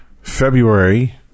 February